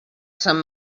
sant